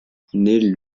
naît